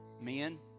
Men